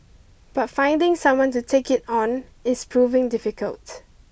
but finding someone to take it on is proving difficult